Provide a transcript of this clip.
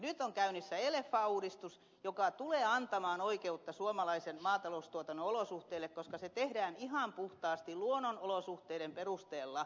nyt on käynnissä lfa uudistus joka tulee antamaan oikeutta suomalaisen maataloustuotannon olosuhteille koska se tehdään ihan puhtaasti luonnon olosuhteiden perusteella